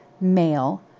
male